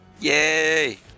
Yay